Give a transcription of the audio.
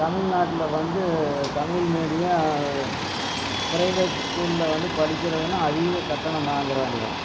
தமிழ் நாட்டில் வந்து Tamil medium private ஸ்கூலில் வந்து படிக்கிறதுன்னா அதிக கட்டணம் வாங்குறாங்க